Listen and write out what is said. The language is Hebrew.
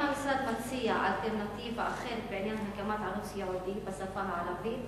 האם המשרד מציע אלטרנטיבה אחרת בעניין הקמת ערוץ ייעודי בשפה הערבית,